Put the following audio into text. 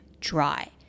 dry